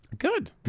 Good